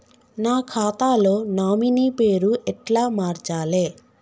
నా ఖాతా లో నామినీ పేరు ఎట్ల మార్చాలే?